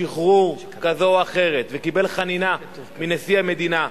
שחרור כזו או אחרת וקיבל חנינה מנשיא המדינה,